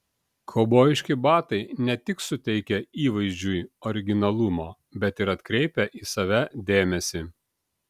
kaubojiški batai ne tik suteikia įvaizdžiui originalumo bet ir atkreipia į save dėmesį